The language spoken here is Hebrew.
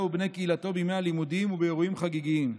ובני קהילתו בימי הלימודים ובאירועים חגיגיים.